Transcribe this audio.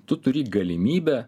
tu turi galimybę